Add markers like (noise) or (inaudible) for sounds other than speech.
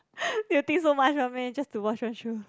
(breath) you think so much meh just to wash one shoe